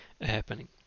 happening